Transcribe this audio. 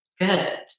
Good